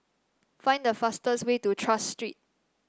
find the fastest way to Tras Street